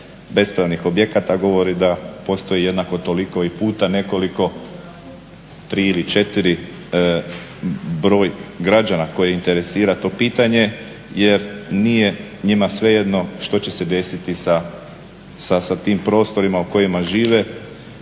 bespravnih objekata govori da postoji jednako toliko i puta nekolik, 3 ili 4 broj građana koje interesira to pitanje jer nije njima svejedno što će se desiti sa tim prostorima u kojima žive,